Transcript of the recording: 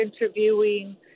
interviewing